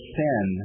sin